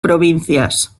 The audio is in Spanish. provincias